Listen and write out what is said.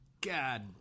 God